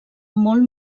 molt